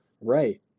right